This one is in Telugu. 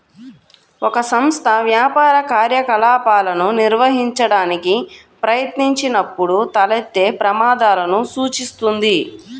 ఒక సంస్థ వ్యాపార కార్యకలాపాలను నిర్వహించడానికి ప్రయత్నించినప్పుడు తలెత్తే ప్రమాదాలను సూచిస్తుంది